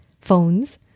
phones